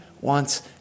wants